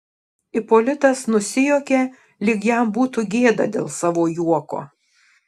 ipolitas nusijuokė lyg jam būtų gėda dėl savo juoko